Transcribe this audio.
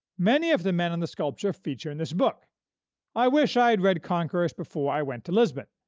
many of the men on the sculpture feature in this book i wish i had read conquerors before i went to lisbon,